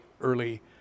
early